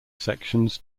sections